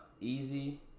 easy